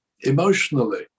emotionally